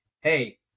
hey